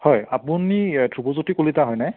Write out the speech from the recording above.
হয় আপুনি ধ্ৰুৱুজ্যোতি কলিতা হয় নে